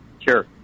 Sure